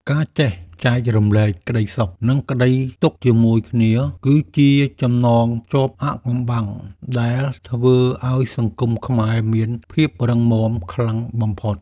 ការចេះចែករំលែកក្តីសុខ និងក្តីទុក្ខជាមួយគ្នា គឺជាចំណងភ្ជាប់អាថ៌កំបាំងដែលធ្វើឱ្យសង្គមខ្មែរមានភាពរឹងមាំខ្លាំងបំផុត។